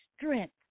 strength